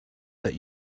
that